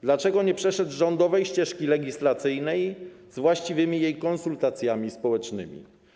Dlaczego nie przeszedł rządowej ścieżki legislacyjnej z właściwymi jej konsultacjami społecznymi?